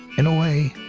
in a way,